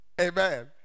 Amen